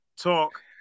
Talk